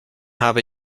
habe